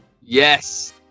Yes